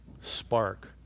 spark